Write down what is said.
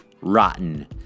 rotten